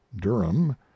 durham